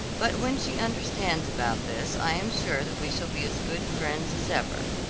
but when she understands about this i am sure that we shall be as good friends as ever.